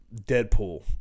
Deadpool